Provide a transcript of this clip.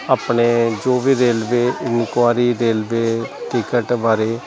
ਆਪਣੇ ਜੋ ਵੀ ਰੇਲਵੇ ਇਨਕੁਆਰੀ ਰੇਲਵੇ ਟਿਕਟ ਬਾਰੇ